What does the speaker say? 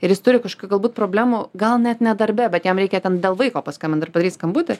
ir jis turi kažkokių galbūt problemų gal net ne darbe bet jam reikia ten dėl vaiko paskambint ar padaryt skambutį